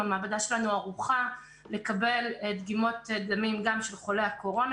המעבדה שלנו ערוכה לקבל דגימות גם של חולי הקורונה.